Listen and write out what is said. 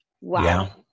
Wow